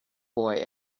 boy